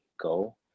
go